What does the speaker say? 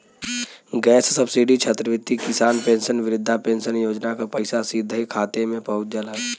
gas subsidy छात्रवृत्ति किसान pension वृद्धा पेंशन योजना क पैसा सीधे खाता में पहुंच जाला